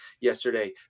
yesterday